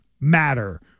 matter